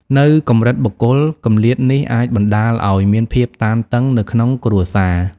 នៅកម្រិតបុគ្គល គម្លាតនេះអាចបណ្តាលឱ្យមានភាពតានតឹងនៅក្នុងគ្រួសារ។